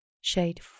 Shade